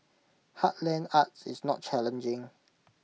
heartland arts is not challenging